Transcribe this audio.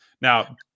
now